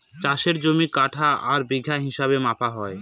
চাষের জমি কাঠা আর বিঘা হিসাবে মাপা হয়